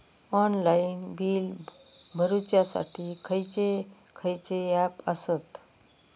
Online bill भरुच्यासाठी खयचे खयचे ऍप आसत?